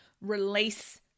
release